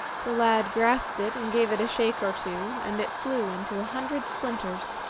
the lad grasped it and gave it a shake or two, and it flew into a hundred splinters.